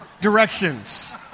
directions